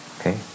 Okay